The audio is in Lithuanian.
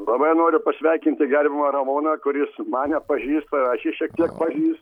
labai noriu pasveikinti gerbiamą ramūną kuris mane pažįsta aš jį šiek tiek pažįstu